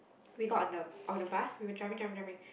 we got on the on the bus we were driving driving driving